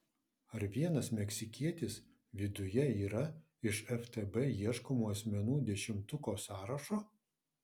ar vienas meksikietis viduje yra iš ftb ieškomų asmenų dešimtuko sąrašo